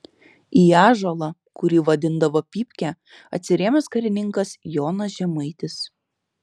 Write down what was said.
į ąžuolą kurį vadindavo pypke atsirėmęs karininkas jonas žemaitis